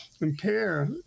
impair